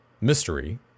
mystery